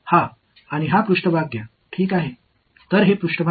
இந்த மேற்பரப்பையும் எடுத்துக்கொள்ளலாம்